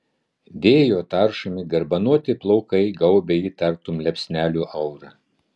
vėjo taršomi garbanoti plaukai gaubia jį tartum liepsnelių aura